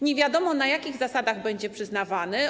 Nie wiadomo, na jakich zasadach będzie przyznawany.